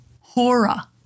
Hora